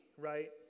right